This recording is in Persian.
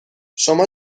شما